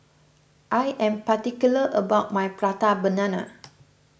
I am particular about my Prata Banana